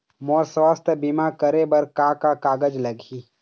मोर स्वस्थ बीमा करे बर का का कागज लगही?